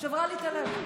שברה לי את הלב.